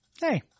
Hey